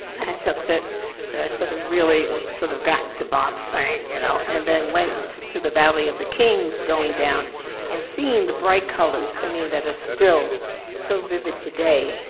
hatch upset that i sort of really sort of gotten to bob saying, you know. and then went to the valley of the kings going down and seeing the bright colors, i mean, that is ah still so vivid today,